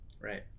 Right